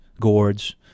gourds